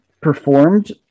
performed